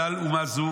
חדל מאומה זו,